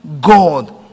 God